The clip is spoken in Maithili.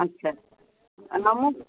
अच्छा आ नामो हेतै